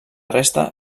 resta